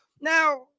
Now